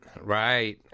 right